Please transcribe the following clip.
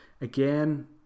Again